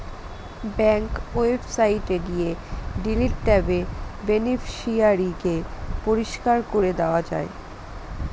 bank ওয়েবসাইটে গিয়ে delete ট্যাবে বেনিফিশিয়ারি কে পরিষ্কার করে দেওয়া যায়